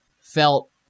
felt